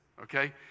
Okay